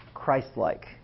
Christ-like